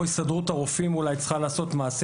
הסתדרות הרופאים אולי צריכה לעשות מעשה